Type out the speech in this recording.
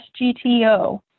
SGTO